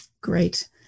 Great